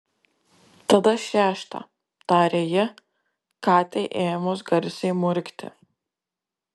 tada šeštą tarė ji katei ėmus garsiai murkti